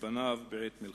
מפניו בעת מלחמה.